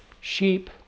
sheep